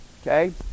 okay